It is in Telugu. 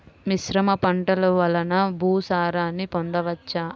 మిశ్రమ పంటలు వలన భూసారాన్ని పొందవచ్చా?